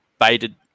baited